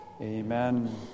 Amen